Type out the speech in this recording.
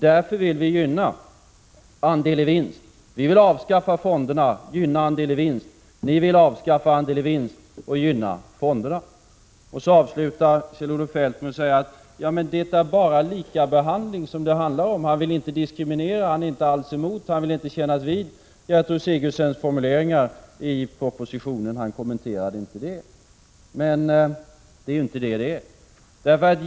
Därför vill vi gynna andel-i-vinst-system och avskaffa fonderna, medan ni vill avskaffa andel-ivinst-systemen och gynna fonderna. Kjell-Olof Feldt avslutar sedan med att säga: Det är bara likabehandling som det handlar om. Han vill inte diskriminera. Han är inte alls emot detta. Han vill inte kännas vid Gertrud Sigurdsens formuleringar i propositionen — han kommenterade inte det. Men det är inte så.